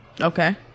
Okay